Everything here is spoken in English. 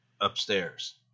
upstairs